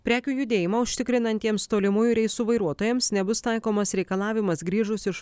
prekių judėjimą užtikrinantiems tolimųjų reisų vairuotojams nebus taikomas reikalavimas grįžus iš